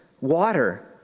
water